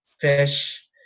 fish